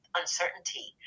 uncertainty